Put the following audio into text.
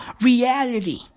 reality